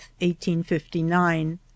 1859